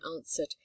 answered